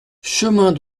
chemin